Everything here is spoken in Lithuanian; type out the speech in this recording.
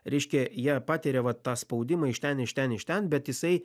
reiškia jie patiria va tą spaudimą iš ten iš ten iš ten bet jisai